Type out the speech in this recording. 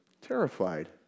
terrified